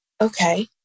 okay